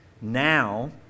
Now